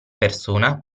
persona